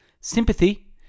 sympathy